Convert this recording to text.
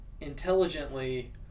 intelligently